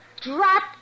Drop